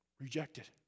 Rejected